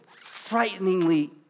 frighteningly